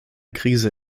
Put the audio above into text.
krise